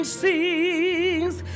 sings